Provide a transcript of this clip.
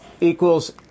equals